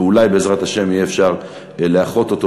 ואולי בעזרת השם יהיה אפשר לאחות אותו